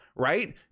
Right